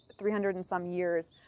three hundred and some years,